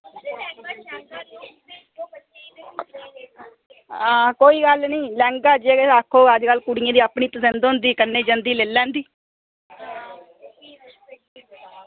कोई गल्ल निं लैहंगा अज्जकल जेह्ड़ा आक्खो कुड़ियें दी अपनी पसंद होंदी कन्नै जंदी ते लेई लैंदी